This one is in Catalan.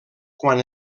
quan